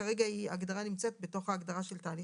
כרגע ההגדרה נמצאת בתוך ההגדרה של תהליך הכשרה.